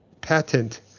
Patent